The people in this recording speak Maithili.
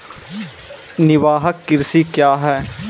निवाहक कृषि क्या हैं?